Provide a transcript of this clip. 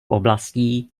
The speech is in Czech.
oblastí